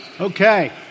Okay